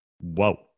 Whoa